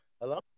hello